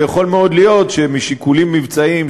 ויכול מאוד להיות שמשיקולים מבצעיים,